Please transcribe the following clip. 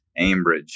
Ambridge